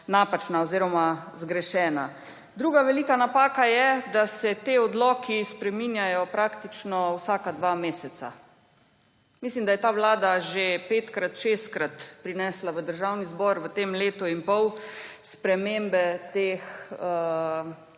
oziroma zgrešena. Druga velika napaka je, da se ti odloki spreminjajo praktično vsaka dva meseca. Mislim, da je ta vlada že petkrat, šestkrat prinesla v Državni zbor v tem letu in pol spremembe teh odlokov.